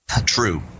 True